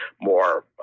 more